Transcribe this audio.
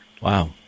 Wow